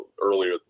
earlier